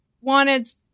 wanted